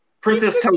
Princess